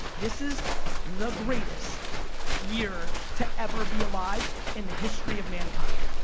this is the greatest year to ever be alive in the history of mankind.